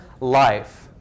life